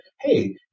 Hey